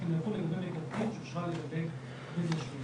תראה, מניסיון 13